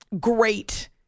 great